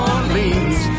Orleans